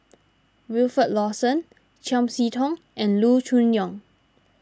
Wilfed Lawson Chiam See Tong and Loo Choon Yong